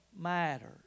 matters